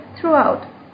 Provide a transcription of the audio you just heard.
throughout